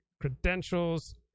credentials